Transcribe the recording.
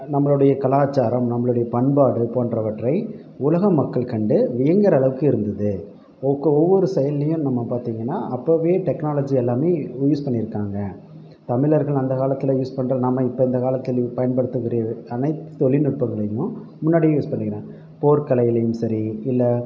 நம்மளுடைய கலாச்சாரம் நம்மளுடைய பண்பாடு போன்றவற்றை உலக மக்கள் கண்டு வியங்கற அளவுக்கு இருந்தது ஒக்கோ ஒவ்வொரு செயல்லையும் நம்ம பார்த்தீங்கன்னா அப்பவே டெக்னாலஜி எல்லாம் யூஸ் பண்ணியிருக்காங்க தமிழர்கள் அந்தக் காலத்தில் யூஸ் பண்கிற நாம் இப்போ இந்தக் காலத்தில் பயன்படுத்தக் கூடிய அனைத்து தொழில்நுட்பங்களையும் முன்னாடியே யூஸ் பண்ணிக்கிறாங்க போர் கலையிலுயும் சரி இல்லை